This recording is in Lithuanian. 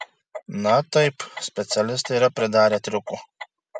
na taip specialistai yra pridarę triukų